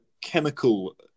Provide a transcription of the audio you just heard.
chemical